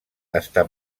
està